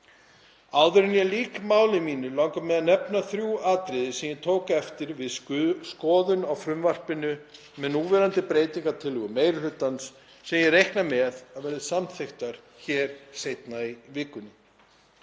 Áður en ég lýk máli mínu langar mig að nefna þrjú atriði sem ég tók eftir við skoðun á frumvarpinu með núverandi breytingartillögum meiri hlutans sem ég reikna með að verði samþykktar hér seinna í vikunni.